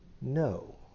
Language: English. No